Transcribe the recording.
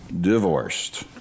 Divorced